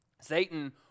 Satan